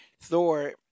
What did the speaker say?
Thor